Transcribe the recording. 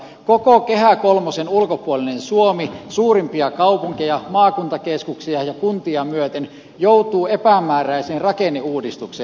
koko kehä kolmosen ulkopuolinen suomi suurimpia kaupunkeja maakuntakeskuksia ja kuntia myöten joutuu epämääräiseen rakenneuudistukseen